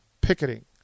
picketing